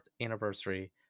anniversary